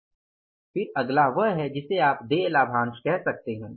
फिर अगला वह है जिसे आप देय लाभांश कह सकते हैं